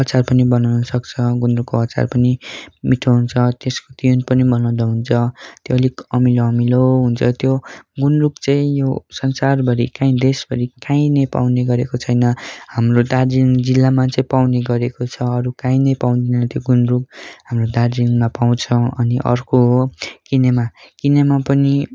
अचार पनि बनाउन सक्छ गुन्द्रुकको अचार पनि मिठो हुन्छ त्यसको तिहुन पनि बनाउँदा हुन्छ त्यो अलिक अमिलो अमिलो हुन्छ त्यो गुन्द्रुक चाहिँ यो संसारभरि कहीँ नै देशभरि कहीँ नै पाउने गरेको छैन हाम्रो दार्जिलिङ जिल्लामा चाहिँ पाउने गरेको छ अरू कहीँ नै पाउँदैन त्यो गुन्द्रुक हाम्रो दार्जिलिङमा पाउँछ अनि अर्को हो किनेमा किनेमा पनि